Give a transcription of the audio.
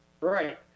Right